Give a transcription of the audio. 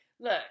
look